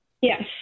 Yes